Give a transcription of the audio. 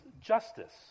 justice